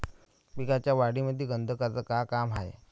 पिकाच्या वाढीमंदी गंधकाचं का काम हाये?